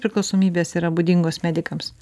priklausomybės yra būdingos medikams